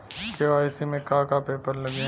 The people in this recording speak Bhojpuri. के.वाइ.सी में का का पेपर लगी?